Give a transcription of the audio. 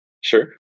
Sure